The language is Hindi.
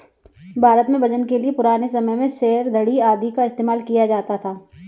भारत में वजन के लिए पुराने समय के सेर, धडी़ आदि का इस्तेमाल किया जाता था